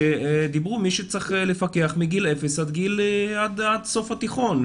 שדיברו על זה שצריך לפקח מגיל 0 עד סוף התיכון,